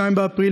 2 באפריל,